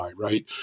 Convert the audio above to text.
right